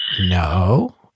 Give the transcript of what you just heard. No